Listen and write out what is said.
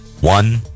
One